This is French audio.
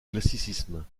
classicisme